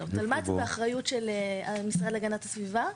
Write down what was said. תלמ"ת זה באחריות של המשרד להגנת הסביבה,